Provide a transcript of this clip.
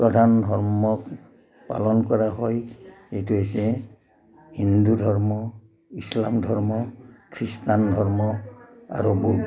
প্ৰধান ধৰ্ম পালন কৰা হয় এইটো হৈছে হিন্দু ধৰ্ম ইছলাম ধৰ্ম খ্ৰীষ্টান ধৰ্ম আৰু